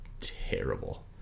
terrible